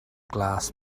glas